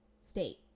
state